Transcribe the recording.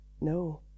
no